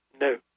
No